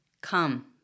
come